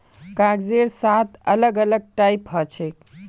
कागजेर सात अलग अलग टाइप हछेक